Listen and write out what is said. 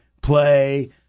play